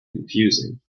confusing